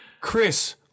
Chris